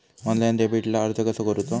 Online डेबिटला अर्ज कसो करूचो?